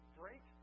break